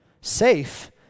Safe